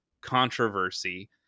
controversy